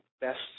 best